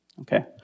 Okay